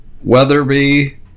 Weatherby